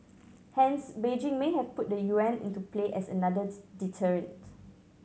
hence Beijing may have put the yuan into play as another deterrent